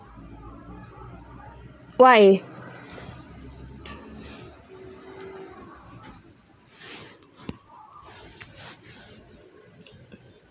why